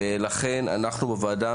ולכן, בוועדות